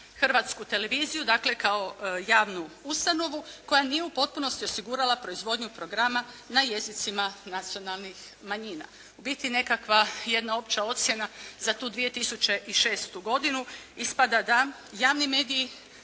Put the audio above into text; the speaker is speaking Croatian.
Hrvatsku televiziju. Dakle, kao javnu ustanovu koja nije u potpunosti osigurala proizvodnju programa na jezicima nacionalnih manjina. U biti nekakva jedna opća ocjena za tu 2006. godinu ispada da javni mediji